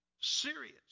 serious